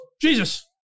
Jesus